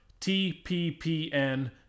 TPPN